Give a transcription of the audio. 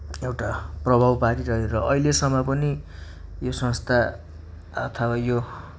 एउटा प्रभाव पारिरह्यो र अहिलेसम्म पनि यो संस्था अथवा यो